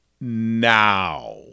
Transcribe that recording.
now